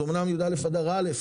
זה אמנם י"א אדר א',